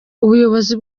ubuyobozi